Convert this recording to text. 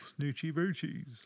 Snoochie-boochies